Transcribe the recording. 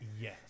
Yes